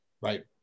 Right